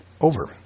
over